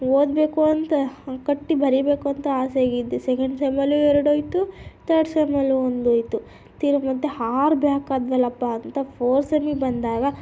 ಓದಬೇಕು ಅಂತ ಕಟ್ಟಿ ಬರೀಬೇಕು ಅಂತ ಆಸೆ ಆಗಿದ್ದು ಸೆಕೆಂಡ್ ಸೆಮ್ ಅಲ್ಲೂ ಎರಡು ಹೋಯ್ತು ತರ್ಡ್ ಸೆಮ್ ಅಲ್ಲೂ ಒಂದು ಹೋಯ್ತು ತಿರ್ಗ ಮತ್ತೆ ಆರು ಬ್ಯಾಕ್ ಆದವಲ್ಲಪ್ಪಾ ಅಂತ ಫೋರ್ಥ್ ಸೆಮ್ಮಿಗೆ ಬಂದಾಗ